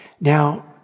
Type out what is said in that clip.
Now